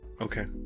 okay